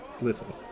Listen